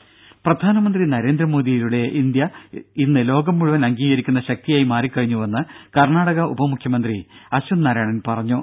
രുമ പ്രധാനമന്ത്രി നരേന്ദ്രമോദിയിലൂടെ ഇന്ത്യ ഇന്ന് ലോകം മുഴുവൻ അംഗീകരിക്കുന്ന ശക്തിയായി മാറിക്കഴിഞ്ഞുവെന്ന് കർണാടക ഉപമുഖ്യമന്ത്രി അശ്വന്ത് നാരായണൻ പറഞ്ഞു